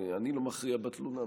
אני לא מכריע בתלונה.